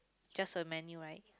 just a menu right